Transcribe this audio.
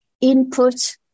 input